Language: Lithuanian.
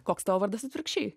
koks tavo vardas atvirkščiai